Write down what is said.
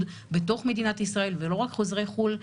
בתוך מדינת ישראל ולא רק חוזרי חו"ל.